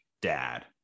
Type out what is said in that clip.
dad